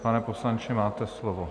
Pane poslanče, máte slovo.